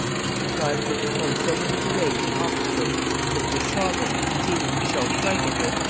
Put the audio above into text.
she contrived to interpose so many delays and obstacles that this sovereign, conceiving himself trifled with,